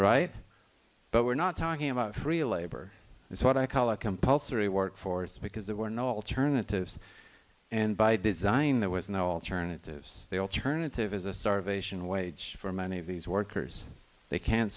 right but we're not talking about free labor it's what i call a compulsory workforce because there were no alternatives and by design there was no alternatives the alternative is a starvation wage for many of these workers they can't